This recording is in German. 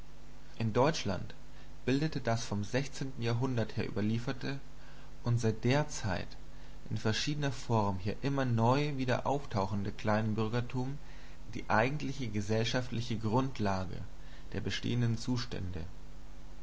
in deutschland bildet das vom jahrhundert her überlieferte und seit der zeit in verschiedener form hier immer neu wieder auftauchende kleinbürgertum die eigentliche grundlage der bestehenden zustände